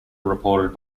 reported